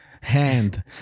hand